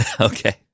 Okay